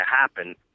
happen